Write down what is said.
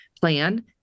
plan